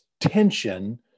tension